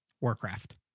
Warcraft